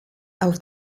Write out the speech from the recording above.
auf